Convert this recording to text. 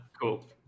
Cool